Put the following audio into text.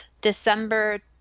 December